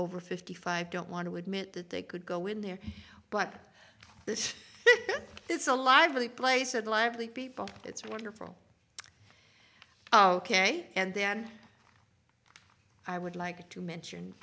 over fifty five don't want to admit that they could go in there but this is a lively place and lively people it's wonderful ok and then i would like to mention